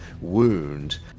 wound